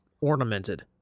ornamented